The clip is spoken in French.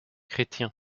chrétiens